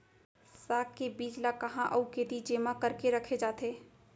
साग के बीज ला कहाँ अऊ केती जेमा करके रखे जाथे?